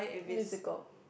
musical